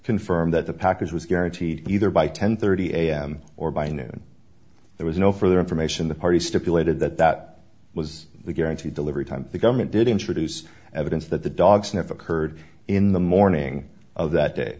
confirm that the package was guaranteed either by ten thirty am or by noon there was no further information the party stipulated that that was the guaranteed delivery time the government did introduce evidence that the dog sniff occurred in the morning of that day